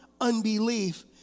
unbelief